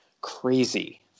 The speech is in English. crazy